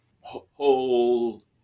whole